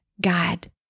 god